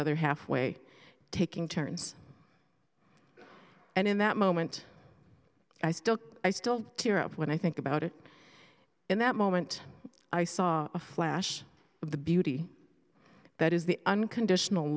other half way taking turns and in that moment i still i still tear up when i think about it in that moment i saw a flash of the beauty that is the unconditional